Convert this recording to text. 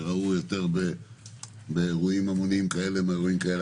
שראו יותר באירועים המוניים כאלה מאירועים כאלה.